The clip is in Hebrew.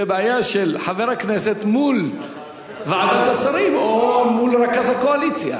זאת בעיה של חבר הכנסת מול ועדת השרים או מול רכז הקואליציה.